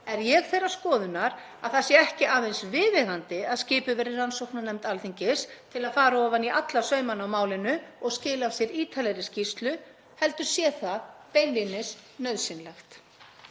er ég þeirrar skoðunar að það sé ekki aðeins viðeigandi að skipuð verði rannsóknarnefnd Alþingis til að fara ofan í alla sauma á málinu og skili af sér ítarlegri skýrslu heldur sé það beinlínis nauðsynlegt.